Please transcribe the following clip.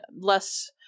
less